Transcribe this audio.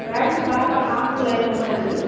battery బాగా long life ఉంటుందా అండి